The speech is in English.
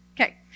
Okay